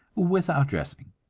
without dressing.